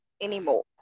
anymore